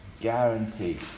Guaranteed